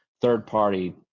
third-party